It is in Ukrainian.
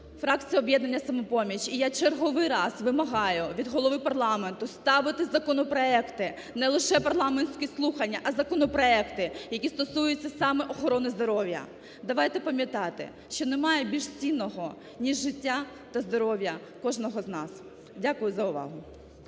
фракція "Об'єднання "Самопоміч" і я черговий раз вимагаю від голови парламенту ставити законопроекти, не лише парламентські слухання, а законопроекти, які стосуються саме охорони здоров'я. Давайте пам'ятати, що немає більш цінного, ніж життя та здоров'я кожного з нас. Дякую за увагу.